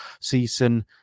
season